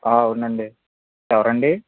అవునా అండి ఎవరు అండి